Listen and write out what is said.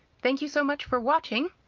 thank you so much for watching!